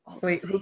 Wait